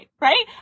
right